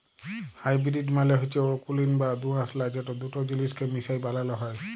hybrid মালে হচ্যে অকুলীন বা দুআঁশলা যেট দুট জিলিসকে মিশাই বালালো হ্যয়